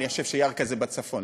אני חושב שירכא זה בצפון,